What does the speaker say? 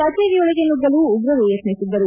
ಕಚೇರಿಯೊಳಗೆ ನುಗ್ಗಲು ಉಗ್ರರು ಯತ್ತಿಸಿದ್ದರು